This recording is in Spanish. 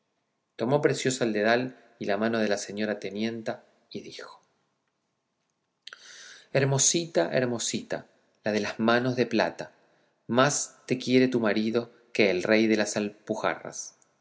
tomó preciosa el dedal y la mano de la señora tenienta y dijo hermosita hermosita la de las manos de plata más te quiere tu marido que el rey de las